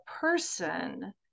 person